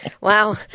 Wow